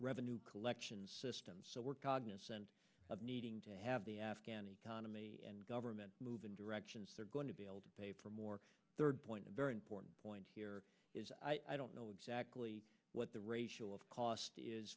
revenue collection systems so we're cognizant of needing to have the afghan economy and government move in directions they're going to be able to pay for more third point a very important point here is i don't know exactly what the ratio of cost is